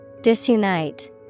Disunite